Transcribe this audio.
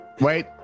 wait